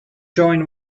join